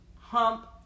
hump